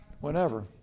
whenever